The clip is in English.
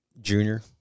junior